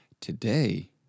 today